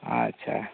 ᱟᱪᱷᱟ